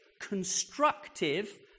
constructive